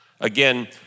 Again